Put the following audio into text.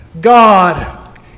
God